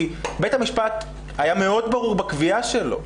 כי בית המשפט היה מאוד ברור בקביעה שלו.